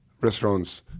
restaurants